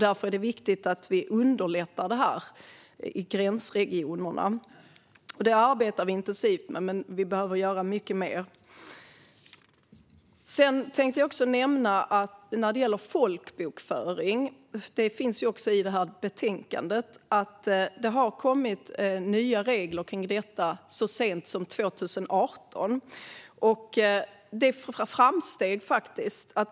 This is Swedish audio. Därför är det viktigt att vi underlättar det här i gränsregionerna. Det arbetar vi intensivt med, men vi behöver göra mycket mer. Jag tänkte också nämna folkbokföringen, som tas upp i det här betänkandet. Det kom nya regler så sent som 2018, och de innebär framsteg.